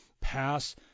pass